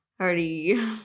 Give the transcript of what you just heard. Already